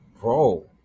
bro